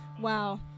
Wow